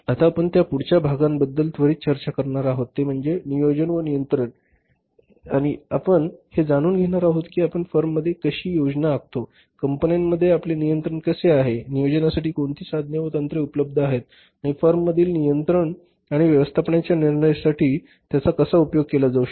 आता आपण त्या पुढच्या भागाबद्दल त्वरित चर्चा करणार आहोत ते म्हणजे नियोजन व नियंत्रणे आणि आपण हे जाणून घेणार आहोत की आपण फर्ममध्ये कशी योजना आखतो कंपन्यांमध्ये आपले नियंत्रण कसे आहे नियोजनासाठी कोणती साधने व तंत्रे उपलब्ध आहेत आणि फर्ममधील नियंत्रण आणि व्यवस्थापनाच्या निर्णयासाठी त्यांचा कसा उपयोग केला जाऊ शकतो